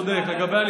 תראה מה עשית,